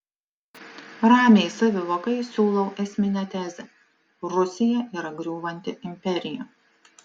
ramiai savivokai siūlau esminę tezę rusija yra griūvanti imperija